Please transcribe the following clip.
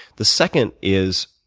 the second is